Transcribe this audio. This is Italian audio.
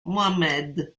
mohammed